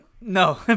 no